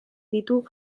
ditu